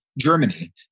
Germany